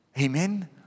Amen